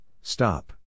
stop